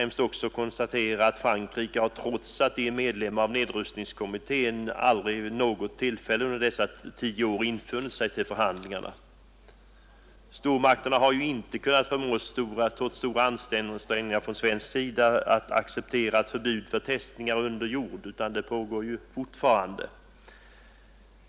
Man kan konstatera att Frankrike trots att det är medlem av nedrustningskommissionen aldrig någon gång under dessa tio år har infunnit sig till förhandlingarna. Stormakterna har, trots stora ansträngningar från svensk sida, inte kunnat förmås att acceptera ett förbud för testningar under jord, utan sådana pågår fortfarande.